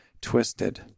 twisted